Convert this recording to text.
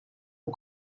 aux